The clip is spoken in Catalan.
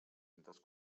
centes